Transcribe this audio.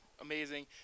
Amazing